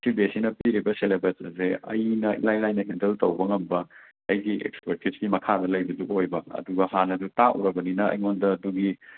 ꯁꯤ B S E ꯅ ꯄꯤꯔꯤꯕ ꯁꯤꯂꯦꯕꯁ ꯑꯁꯤ ꯑꯩꯅ ꯏꯂꯥꯏ ꯂꯥꯏꯅ ꯍꯦꯟꯗꯜ ꯇꯧꯕ ꯉꯝꯕ ꯑꯩꯒꯤ ꯑꯦꯛ꯭ꯁꯄꯔꯇꯤꯁꯀꯤ ꯃꯈꯥꯗ ꯂꯩꯕꯗꯤ ꯑꯣꯏꯕ ꯑꯗꯨꯒ ꯍꯥꯟꯅꯁꯨ ꯇꯥꯛꯎꯔꯕꯅꯤꯅ ꯑꯩꯉꯣꯟꯗ ꯑꯗꯨꯒꯤ